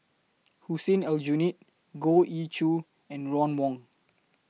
Hussein Aljunied Goh Ee Choo and Ron Wong